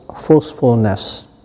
forcefulness